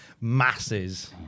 masses